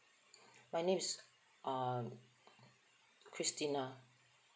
my name is uh christine